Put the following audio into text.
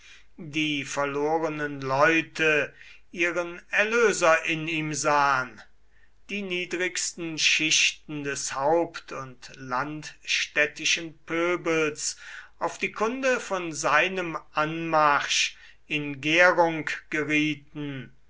die verlorenen leute ihren erlöser in ihm sahen die niedrigsten schichten des haupt und landstädtischen pöbels auf die kunde von seinem anmarsch in gärung gerieten